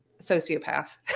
sociopath